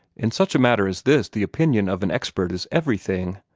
in such a matter as this, the opinion of an expert is everything.